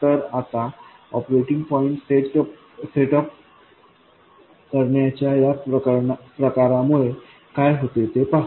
तर आता operating point set up करण्याच्या या प्रकारामुळे काय होते ते पाहू